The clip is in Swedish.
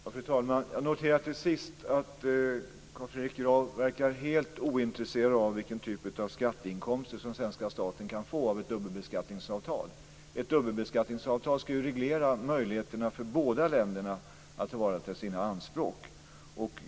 Fru talman! Jag noterar till sist att Carl Fredrik Graf verkar helt ointresserad av vilken typ av skatteinkomster som den svenska staten kan få genom ett dubbelbeskattningsavtal. Ett dubbelbeskattningsavtal ska ju reglera möjligheterna för båda länderna att tillvarata sina intressen.